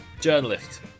journalist